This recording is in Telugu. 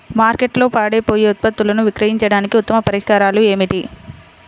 మార్కెట్లో పాడైపోయే ఉత్పత్తులను విక్రయించడానికి ఉత్తమ పరిష్కారాలు ఏమిటి?